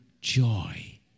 Joy